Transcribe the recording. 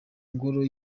ngoro